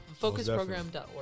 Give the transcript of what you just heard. Focusprogram.org